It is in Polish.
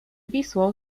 wisłą